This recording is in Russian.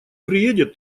приедет